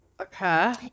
Okay